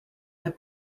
that